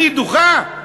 אני דוחה.